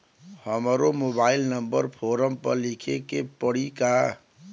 हमरो mobile number form पर लिखे के पड़ी का?